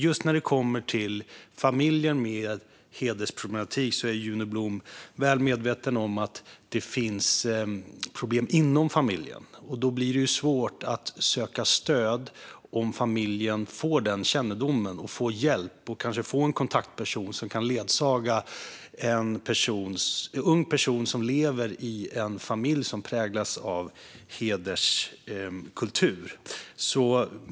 Just när det gäller familjer med hedersproblematik är Juno Blom väl medveten om att det finns problem inom familjen. Om familjen får den kännedomen blir det svårt att söka stöd, att få hjälp och att kanske få en kontaktperson som kan ledsaga en ung person som lever i en familj som präglas av hederskultur.